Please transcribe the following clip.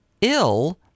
ill